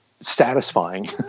satisfying